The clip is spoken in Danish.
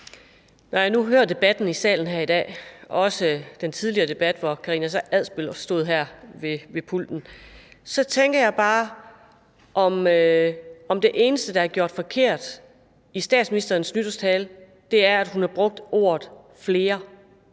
Når jeg nu hører debatten i salen her i dag og også har hørt den tidligere debat, hvor fru Karina Adsbøl stod her ved pulten, så tænker jeg bare, om det eneste statsministeren har gjort forkert i sin nytårstale, er, at hun har brugt ordet flere.